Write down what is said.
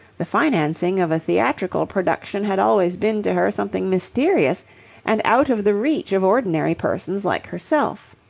the financing of a theatrical production had always been to her something mysterious and out of the reach of ordinary persons like herself.